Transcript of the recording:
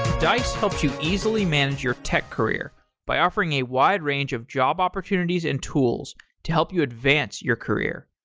dice helps you easily manage your tech career by offering a wide range of job opportunities and tools to help you advance your career.